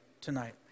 tonight